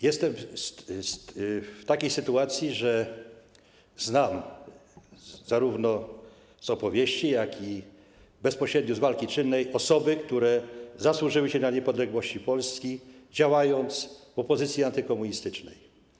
Jestem w takiej sytuacji, że znam zarówno z opowieści, jak i bezpośrednio z walki czynnej osoby, które zasłużyły się dla niepodległości Polski, działając w opozycji antykomunistycznej.